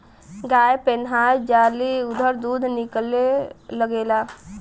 गाय पेनाहय जाली अउर दूध निकले लगेला